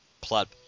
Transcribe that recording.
plot